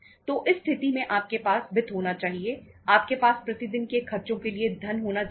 तो इस स्थिति में आपके पास वित्त होना चाहिए आपके पास प्रतिदिन के खर्चों के लिए धन होना चाहिए